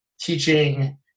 teaching